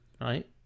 right